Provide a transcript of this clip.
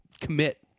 commit